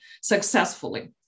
successfully